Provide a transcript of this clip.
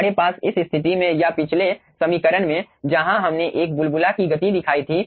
हमारे पास इस स्थिति में या पिछले समीकरण में जहां हमने एक बुलबुला कि गति दिखाई थी